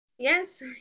Yes